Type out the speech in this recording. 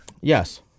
Yes